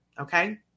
Okay